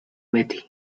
beti